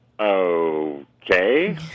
Okay